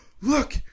look